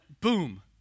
boom